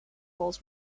walls